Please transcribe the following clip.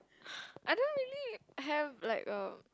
I don't really have like a